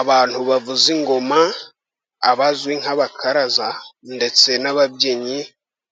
Abantu bavuza ingoma abazwi nk'abakaraza ndetse n'ababyinnyi,